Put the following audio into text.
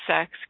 sex